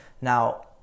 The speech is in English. now